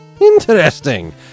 interesting